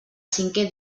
cinqué